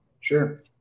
Sure